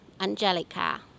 Angelica